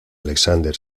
aleksandr